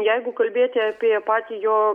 jeigu kalbėti apie patį jo